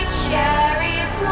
cherries